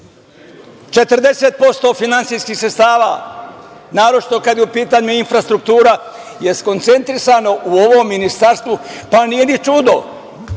40% finansijskih sredstava, naročito kada je u pitanju infrastruktura je skoncentrisano u ovom Ministarstvu, pa nije ni čudo.